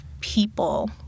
people